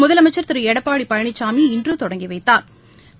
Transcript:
முதலமைச்சா் திரு எடப்பாடி பழனிசாமி இன்று தொடங்கி வைத்தாா்